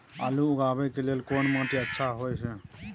आलू उगाबै के लेल कोन माटी अच्छा होय है?